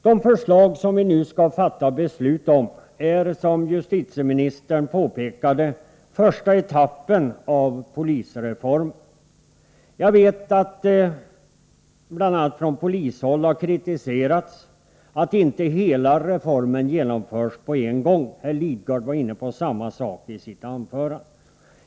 De förslag som vi nu skall fatta beslut om är, som justitieministern påpekade, första etappen av polisreformen. Jag vet att man bl.a. från polishåll har kritiserat att inte hela reformen genomförs på en gång. Herr Lidgard var inne på samma sak i sitt anförande.